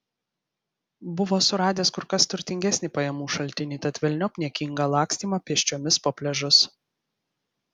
buvo suradęs kur kas turtingesnį pajamų šaltinį tad velniop niekingą lakstymą pėsčiomis po pliažus